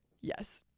Yes